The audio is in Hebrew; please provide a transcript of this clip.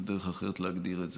אין דרך אחרת להגדיר את זה.